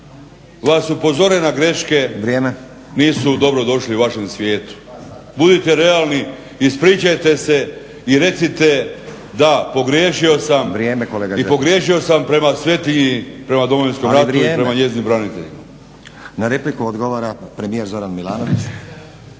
vas upozore na greške nisu dobrodošli u vašem svijetu? Budite realni, ispričajte se i recite da pogriješio sam i pogriješio sam prema svetinji, prema Domovinskom ratu. … /Upadica Stazić: Vrijeme, kolega./… **Stazić, Nenad (SDP)** Na repliku odgovara premijer Zoran Milanović.